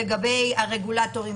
לגבי הרגולטורים,